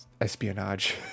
espionage